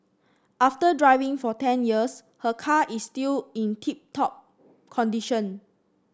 after driving for ten years her car is still in tip top condition